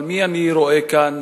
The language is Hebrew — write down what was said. אבל את מי אני רואה כאן,